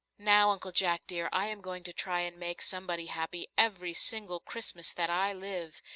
now, uncle jack, dear, i am going to try and make somebody happy every single christmas that i live,